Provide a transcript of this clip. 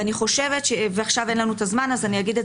ואני חושבת ועכשיו אין לנו את הזמן אז אני אגיד את